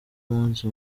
munsi